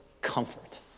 comfort